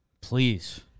Please